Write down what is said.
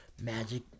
Magic